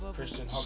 Christian